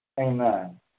Amen